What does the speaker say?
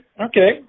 Okay